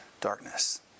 darkness